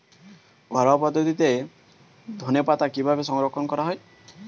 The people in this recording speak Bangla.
ঘরোয়া পদ্ধতিতে ধনেপাতা কিভাবে সংরক্ষণ করা হয়?